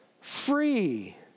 free